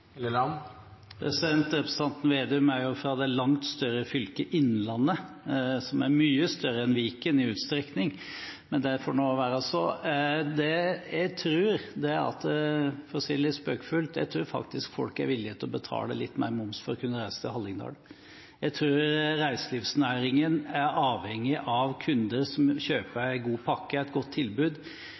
Representanten Slagsvold Vedum er fra det langt større fylket Innlandet, som er mye større enn Viken i utstrekning. Men det får nå være. For å si det litt spøkefullt: Jeg tror faktisk folk er villige til å betale litt mer i moms for å kunne reise til Hallingdal. Jeg tror reiselivsnæringen er avhengig av kunder som vil kjøpe en god pakke, et godt tilbud.